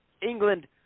England